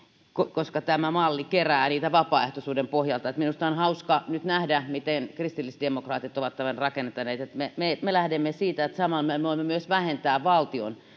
koska tämä malli kerää niitä vapaaehtoisuuden pohjalta että minusta on hauska nyt nähdä miten kristillisdemokraatit ovat tämän rakentaneet me me lähdemme siitä että samalla me voimme myös vähentää valtion